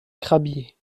crabiers